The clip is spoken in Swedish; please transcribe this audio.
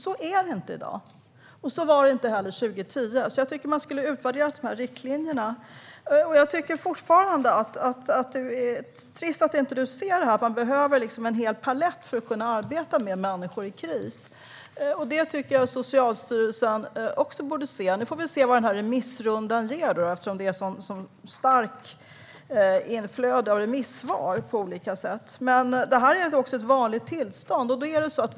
Så är det inte i dag, och så var det heller inte 2010. Jag tycker att man borde utvärdera riktlinjerna. Det är trist att ministern inte ser att man behöver en hel palett för att arbeta med människor i kris. Det borde även Socialstyrelsen se. Vi får se vad remissrundan ger. Det har ju varit ett starkt inflöde av remissvar. Detta är dock ett vanligt tillstånd.